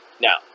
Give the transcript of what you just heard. Now